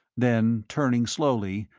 then, turning slowly,